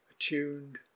attuned